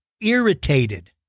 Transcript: irritated